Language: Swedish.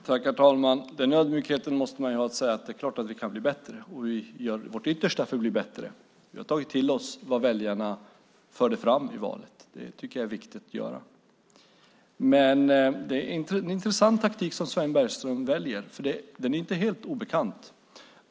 Herr talman! Den ödmjukheten måste man ha att man kan säga att det kan bli bättre, och vi gör vårt yttersta för att bli bättre. Vi har tagit till oss vad väljarna förde fram i valet. Det tycker jag är viktigt att göra. Det är en intressant taktik som Sven Bergström väljer, och den är inte helt obekant.